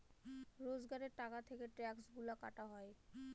রোজগারের টাকা থেকে ট্যাক্সগুলা কাটা হয়